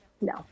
no